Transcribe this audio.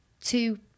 two